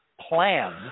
plan